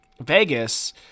Vegas